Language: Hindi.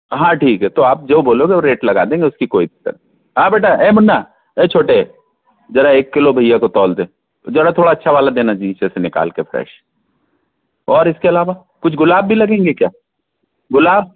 हाँ ठीक है तो आप जो बोलोगे वो रेट लगा देंगे उसकी कोई हाँ बेटा ए मुन्ना ए छोटे जरा एक किलो भईया को तौल दे जरा थोड़ा अच्छा वाला देना नीचे से निकाल कर फ्रेश और इसके अलावा कुछ गुलाब भी लगेंगे क्या गुलाब